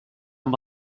amb